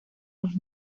los